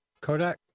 Kodak